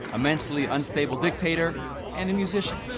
immensely unstable dictator and a musician.